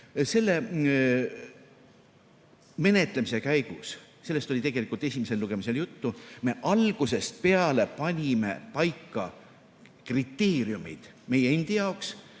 Menetlemise käigus – sellest oli tegelikult esimesel lugemisel juttu – me algusest peale panime paika kriteeriumid meie endi jaoks,